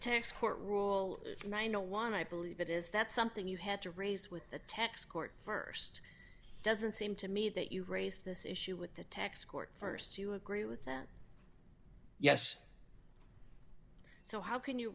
tax court rule why no one i believe it is that's something you had to raise with the tax court st doesn't seem to me that you raise this issue with the tax court st do you agree with that yes so how can you